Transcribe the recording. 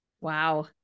Wow